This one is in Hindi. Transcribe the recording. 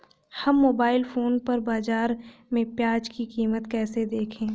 हम मोबाइल फोन पर बाज़ार में प्याज़ की कीमत कैसे देखें?